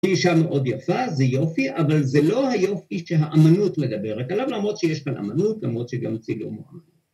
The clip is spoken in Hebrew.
‫היא אישה מאוד יפה, זה יופי, ‫אבל זה לא היופי שהאמנות מדברת עליו, ‫למרות שיש כאן אמנות, ‫למרות שגם צילום אומן.